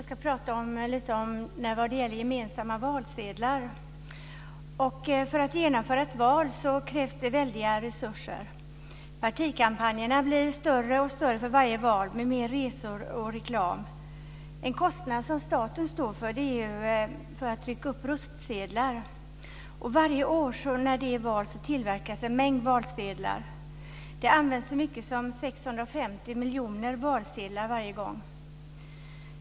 Fru talman! Jag ska tala lite grann om gemensamma valsedlar. För att genomföra ett val krävs det väldigt stora resurser. Partikampanjerna blir större och större för varje val med fler resor och mer reklam. Staten står för den kostnad som det innebär att trycka valsedlar. Varje valår tillverkas en mängd valsedlar. Det används så många som 650 miljoner valsedlar varje gång.